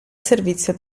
servizio